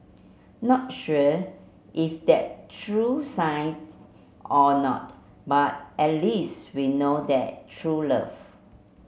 not sure if that's true science or not but at least we know that's true love